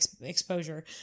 exposure